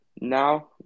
Now